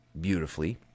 beautifully